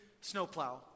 snowplow